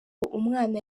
umwana